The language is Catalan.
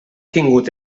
tingut